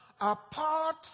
apart